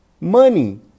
money